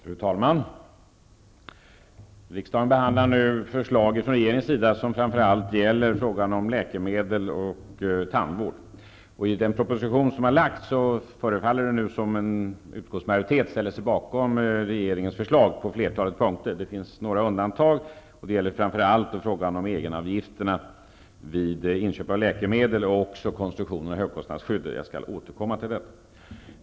Fru talman! Riksdagen behandlar nu förslag från regeringen som framför allt gäller läkemedel och tandvård. Det förefaller nu som om utskottsmajoriteten på flertalet punkter ställer sig bakom regeringens förslag i propositionen. Det finns några undantag. Det gäller framför allt frågan om egenavgifterna vid inköp av läkemedel och konstruktionen av högkostnadsskyddet. Jag skall återkomma till detta.